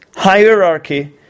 Hierarchy